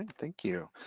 thank you.